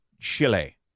Chile